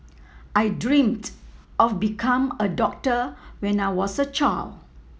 I dreamt of become a doctor when I was a child